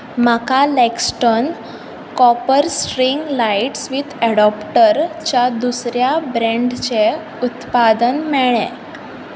म्हाका Laxton copper string light with अडॅाप्टरच्या दुसऱ्या ब्रॅन्डाचें उत्पादन मेळ्ळें